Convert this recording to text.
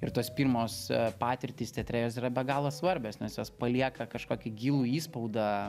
ir tos pirmos patirtys teatre jos yra be galo svarbios nes jos palieka kažkokį gilų įspaudą